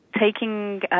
taking